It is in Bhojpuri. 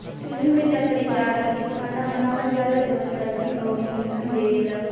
चुल्हि में लकड़ी जारा के खाना बनावल जाला जवन गर्मी अउरी इंधन देवेला